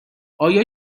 آیا